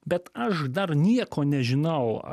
bet aš dar nieko nežinau